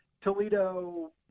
Toledo